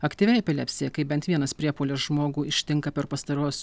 aktyvia epilepsija kai bent vienas priepuolis žmogų ištinka per pastaruos